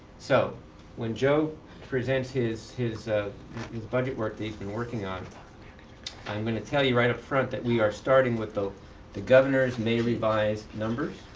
so when joe presents his his ah budget work that he's been working on i'm going to tell you right up front that we are starting with the the governor's may revised numbers.